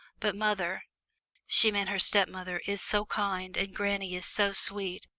but mother she meant her stepmother is so kind, and granny is so sweet.